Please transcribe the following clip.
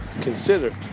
consider